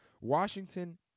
Washington